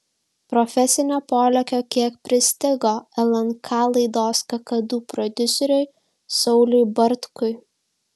profesinio polėkio kiek pristigo lnk laidos kakadu prodiuseriui sauliui bartkui